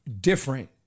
Different